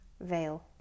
veil